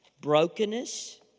brokenness